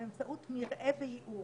באמצעות מרעה וייעור,